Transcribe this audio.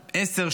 10,